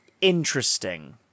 interesting